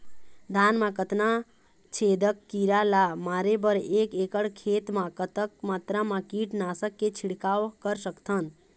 धान मा कतना छेदक कीरा ला मारे बर एक एकड़ खेत मा कतक मात्रा मा कीट नासक के छिड़काव कर सकथन?